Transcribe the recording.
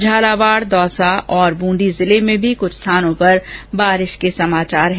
झालावाड दौसा और ब्रंदी जिले में भी कुछ स्थानों पर बारिश के समाचार हैं